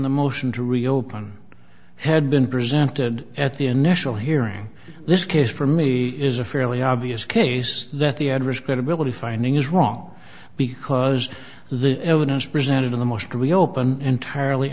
the motion to reopen had been presented at the initial hearing this case for me is a fairly obvious case that the adverse credibility finding is wrong because the evidence presented in a motion to reopen entirely